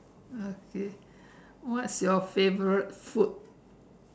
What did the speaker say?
okay what's your favorite food